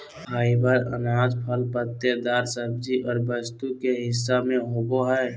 fibre अनाज, फल पत्तेदार सब्जी और वस्तु के हिस्सा में होबो हइ